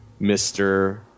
Mr